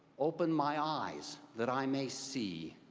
open my eyes that i may see.